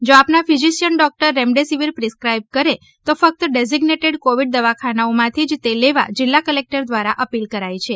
જો આપના physician doctor remdesivir prescribe કરે તો ફકત ડેઝીઝેટેડ કોવિડ દવાખાનોમાંથી જ તે લેવા જીલ્લા કલેકટર દ્વારા અપીલ કરાઇ છે